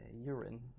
urine